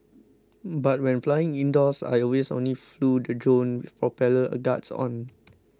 but when flying indoors I always only flew the drone for propeller guards on